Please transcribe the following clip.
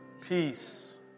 peace